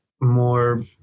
more